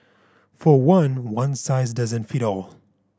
for one one size doesn't fit all